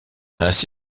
ainsi